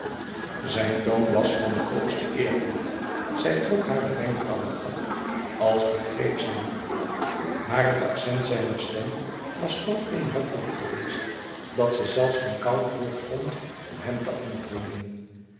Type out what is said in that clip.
zijn toon was van den hoogsten eerbied zij trok hare wenkbrauwen op als begreep zij niet maar het accent zijner stem was zo in hoffelijk geweest dat ze zelfs geen koud woord vond om hem te antwoorden